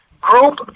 group